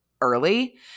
early